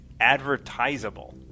advertisable